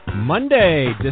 Monday